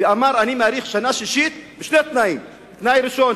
ואמר: אני מאריך לשנה שישית בשני תנאים: תנאי ראשון,